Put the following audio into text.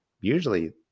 usually